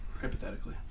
Hypothetically